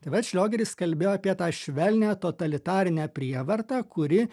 tai vat šliogeris kalbėjo apie tą švelnią totalitarinę prievartą kuri